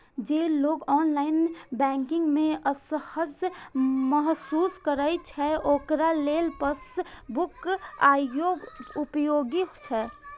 जे लोग online banking मे असहज महसूस करै छै, ओकरा लेल पासबुक आइयो उपयोगी छै